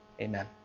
Amen